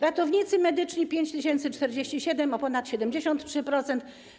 Ratownicy medyczni - 5047, wzrost o ponad 73%.